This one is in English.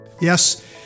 Yes